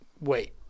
wait